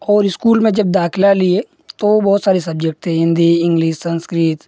और इस्कूल में जब दाखिला लिए तो बहुत सारे सब्जेक्ट थे हिन्दी इंग्लिस संस्कृत